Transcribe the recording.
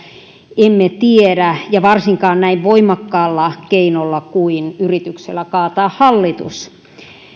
emme tiedä ja varsinkaan näin voimakkaalla keinolla kuin yrityksellä kaataa hallitus